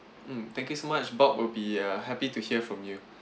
mm thank you so much bob will be uh happy to hear from you